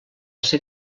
ser